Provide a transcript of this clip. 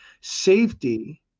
Safety